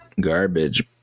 garbage